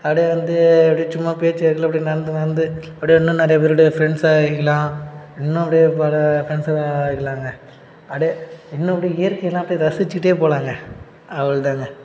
அப்படியே வந்து அப்படியே சும்மா பேச்சு வாக்கில் அப்படியே நடந்து நடந்து அப்படியே இன்னும் நிறைய பேருடைய ஃப்ரெண்ட்ஸாயிக்கலாம் இன்னும் அப்படியே ஆயிக்கலாங்க அப்படியே இன்னும் அப்படியே இயற்கையலாம் அப்படியே ரசிச்சுட்டே போகலாங்க அவ்வளோதாங்க